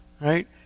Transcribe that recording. right